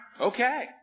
okay